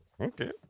Okay